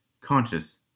conscious